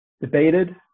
debated